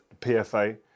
PFA